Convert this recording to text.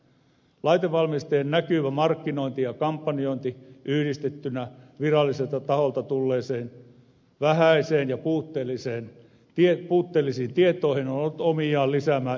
laitevalmistajien näkyvä markkinointi ja kampanjointi yhdistettynä viralliselta taholta tulleisiin vähäisiin ja puutteellisiin tietoihin on ollut omiaan lisäämään ihmisten hämmennystä